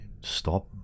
stop